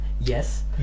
Yes